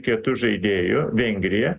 kietu žaidėju vengrija